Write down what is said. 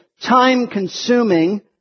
time-consuming